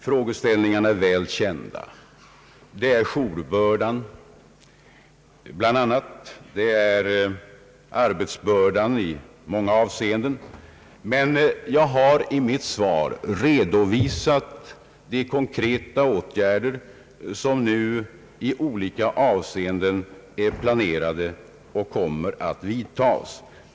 Frågeställningarna är väl kända — det är bl.a. jourtjänstgöringen och det är den stora arbetsbördan i många avseenden. I mitt svar har jag redovisat de konkreta åtgärder, som nu i olika avseenden är planerade och kommer att vidtagas.